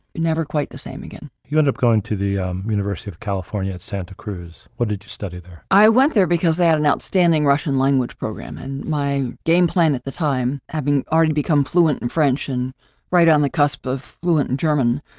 and ever quite the same again rosenberg you end up going to the um university of california at santa cruz, what did you study there? i went there because they had an outstanding russian language program and my game plan at the time, having already become fluent and french and right on the cusp of fluent and german.